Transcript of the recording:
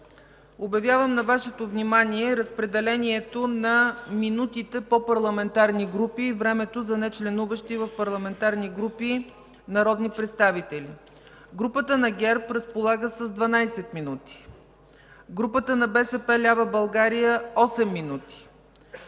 обявявам на Вашето внимание разпределението на минутите по парламентарни групи и времето за нечленуващи в парламентарни групи народни представители. Групата на ГЕРБ разполага с 12 минути, групата на БСП лява България – 8 минути,